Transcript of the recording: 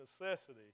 necessity